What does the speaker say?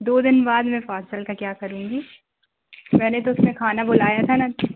दो दिन बाद मैं पार्सल का क्या करूँगी मैंने तो उसमें खाना बुलाया था ना कि